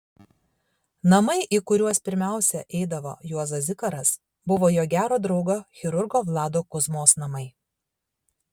namai į kuriuos pirmiausia eidavo juozas zikaras buvo jo gero draugo chirurgo vlado kuzmos namai